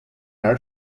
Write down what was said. air